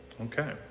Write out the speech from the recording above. Okay